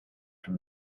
from